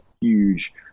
huge